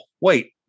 Wait